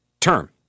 term